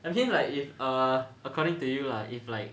I mean like if err according to you lah if like